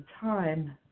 time